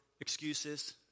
excuses